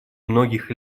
многих